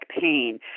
pain